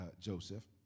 Joseph